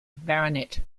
baronet